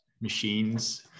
machines